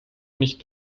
nicht